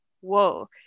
whoa